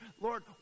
Lord